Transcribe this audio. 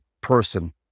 person